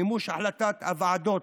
מימוש החלטת הוועדות